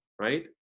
right